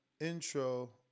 intro